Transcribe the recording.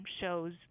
shows